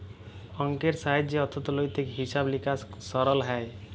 অংকের সাহায্যে অথ্থলৈতিক হিছাব লিকাস সরল হ্যয়